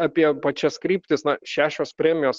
apie pačias kryptis na šešios premijos